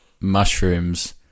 mushrooms